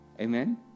Amen